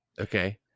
okay